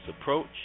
approach